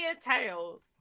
Tales